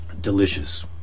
Delicious